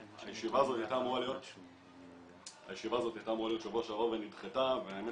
הישיבה הזאת הייתה אמורה להיות בשבוע שעבר ונדחתה והאמת